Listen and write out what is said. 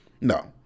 no